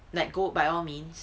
like go by all means